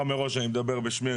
אני אומר מראש שאני מדבר בשמי.